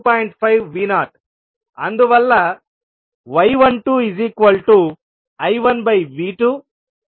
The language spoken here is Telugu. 5V0 అందువల్ల y12I1V2 V082